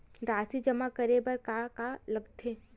राशि जमा करे बर का का लगथे?